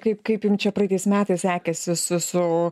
kaip kaip jum čia praeitais metais sekėsi su su